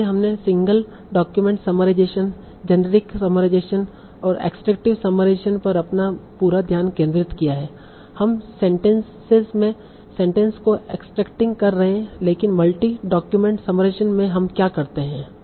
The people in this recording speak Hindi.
इसलिए हमने single document summarisation generic summarisation और एक्स्ट्रेक्टिव समराइजेशन पर अपना पूरा ध्यान केंद्रित किया है हम सेंटेंसेस में सेंटेंस को एक्सट्रेकटिंग कर रहे है लेकिन मल्टी डॉक्यूमेंट समराइजेशन में हम क्या करते है